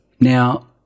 Now